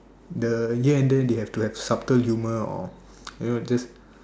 the here and there they have to have subtle humor or you know just